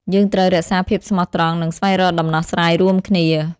យើងត្រូវរក្សាភាពស្មោះត្រង់ និងស្វែងរកដំណោះស្រាយរួមគ្នា។